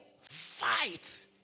Fight